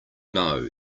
know